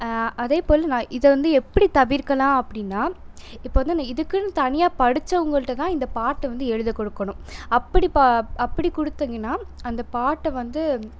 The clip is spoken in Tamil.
அதே போல் நான் இதை வந்து எப்படி தவிர்க்கலாம் அப்படின்னா இப்போ வந்து இதுக்குன்னு தனியாக படித்தவங்கள்ட்ட தான் இந்த பாட்டை வந்து எழுதக் கொடுக்கணும் அப்படி பா அப்படி கொடுத்தீங்கன்னா அந்த பாட்டு வந்து